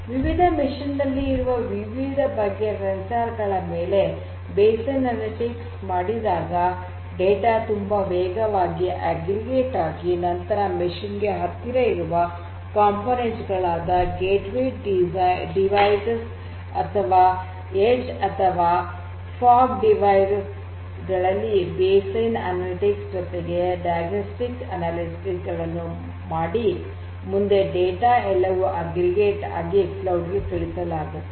ವಿವಿಧ ಯಂತ್ರದಲ್ಲಿ ಇರುವ ವಿವಿಧ ಬಗೆಯ ಸಂವೇದಕಗಳ ಮೇಲೆ ಬೇಸ್ಲೈನ್ ಅನಲಿಟಿಕ್ಸ್ ಮಾಡಿದಾಗ ಡೇಟಾ ತುಂಬಾ ವೇಗವಾಗಿ ಅಗ್ರಿಗೇಟ್ ಆಗಿ ನಂತರ ಯಂತ್ರದ ಹತ್ತಿರ ಇರುವ ಘಟಕಗಳಾದ ಗೇಟ್ ವೇ ಡಿವೈಸೆಸ್ ಅಥವಾ ಎಡ್ಜ್ ಅಥವಾ ಫಾಗ್ ಡಿವೈಸೆಸ್ ಗಳಲ್ಲಿ ಬೇಸ್ ಲೈನ್ ಅನಲಿಟಿಕ್ಸ್ ಜೊತೆಗೆ ಡಯಗನೋಸ್ಟಿಕ್ಸ್ ಅನಲಿಟಿಕ್ಸ್ ಗಳನ್ನೂ ಮಾಡಿ ಮುಂದೆ ಡೇಟಾ ಎಲ್ಲವು ಅಗ್ರಿಗೇಟ್ ಆಗಿ ಕ್ಲೌಡ್ ಗೆ ಕಳುಹಿಸಲಾಗುತ್ತದೆ